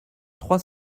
trois